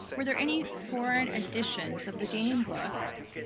were there any foreign editions of the game books?